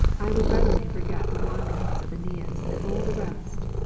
i would readily forget the wanderings of yeneas and all the rest,